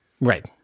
Right